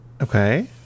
Okay